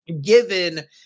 given